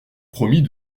promit